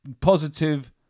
positive